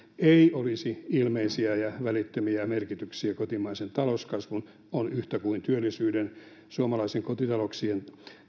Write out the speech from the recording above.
ei olisi ilmeisiä ja välittömiä merkityksiä kotimaisen talouskasvun on yhtä kuin työllisyyden suomalaisten kotitalouksien